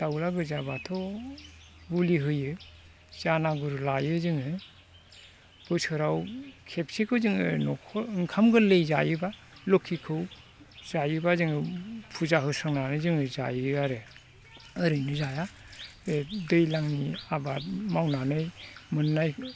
दाउज्ला गोजाब्लाथ' बुलि होयो जानागुरु लायो जोङो बोसोराव खेबसेखौ जोङो ओंखाम गोरलै जायोब्ला लोखिखौ जायोब्ला जोङो फुजा होस्रांनानै जोङो जायो आरो ओरैनो जाया बे दैज्लांनि आबाद मावनानै मोननाय